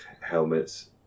helmets